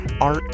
art